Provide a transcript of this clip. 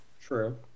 True